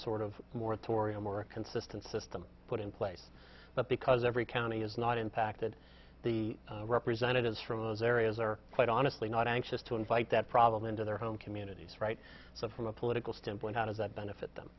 sort of moratorium or a consistent system put in place but because every county is not impacted the representatives from those areas are quite honestly not anxious to invite that problem into their own communities right so from a political standpoint how does that benefit them